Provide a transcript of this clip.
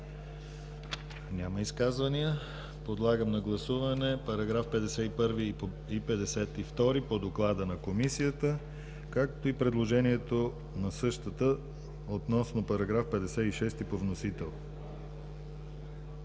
Няма изказвания. Подлагам на гласуване параграфи 55 и 56 по доклада на Комисията, както и предложение на същата относно § 61 по вносител.